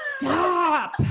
stop